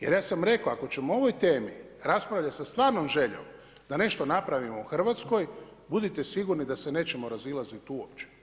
Jer ja sam rekao ako ćemo o ovoj temi raspravljati sa stvarnom željom da nešto napravimo u Hrvatskoj budite sigurni da se nećemo razilaziti uopće.